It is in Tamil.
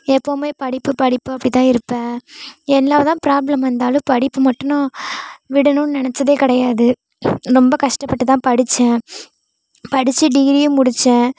எப்போதுமே படிப்பு படிப்பு அப்படி தான் இருப்பேன் என்ன தான் ப்ராப்ளம் வந்தாலும் படிப்பு மட்டும் நான் விடணும்ன்னு நெனைச்சதே கிடையாது ரொம்ப கஷ்டப்பட்டு தான் படித்தேன் படித்து டிகிரியும் முடித்தேன்